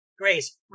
Grace